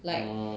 like